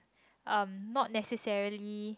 um not necessarily